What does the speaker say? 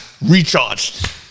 Recharged